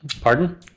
Pardon